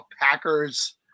Packers